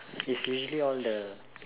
it's usually all the